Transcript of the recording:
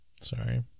Sorry